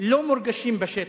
לא מורגשים בשטח,